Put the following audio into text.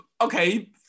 okay